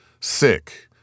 sick